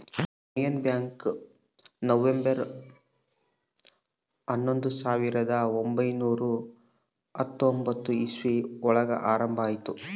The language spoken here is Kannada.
ಯೂನಿಯನ್ ಬ್ಯಾಂಕ್ ನವೆಂಬರ್ ಹನ್ನೊಂದು ಸಾವಿರದ ಒಂಬೈನುರ ಹತ್ತೊಂಬತ್ತು ಇಸ್ವಿ ಒಳಗ ಆರಂಭ ಆಯ್ತು